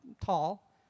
tall